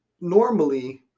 Normally